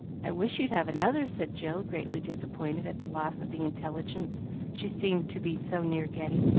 i wish you'd have another, said jill, greatly disappointed at the loss of the intelligence she seemed to be so near getting.